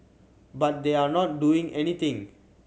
but they are not doing anything